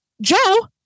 Joe